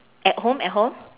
at home at home